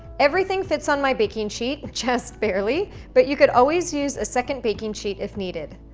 everything fits on my baking sheet, just barely but you could always use a second baking sheet if needed.